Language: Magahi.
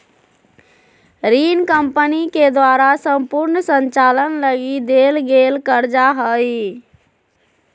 ऋण कम्पनी के द्वारा सम्पूर्ण संचालन लगी देल गेल कर्जा हइ